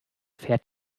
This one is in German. fährt